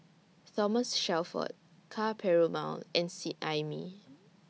Thomas Shelford Ka Perumal and Seet Ai Mee